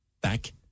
back